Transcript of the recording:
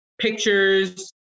pictures